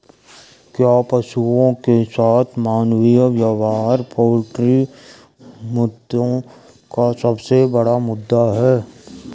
क्या पशुओं के साथ मानवीय व्यवहार पोल्ट्री मुद्दों का सबसे बड़ा मुद्दा है?